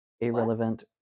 Irrelevant